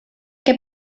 que